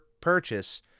purchase